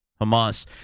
Hamas